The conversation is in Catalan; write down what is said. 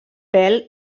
pèl